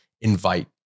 invite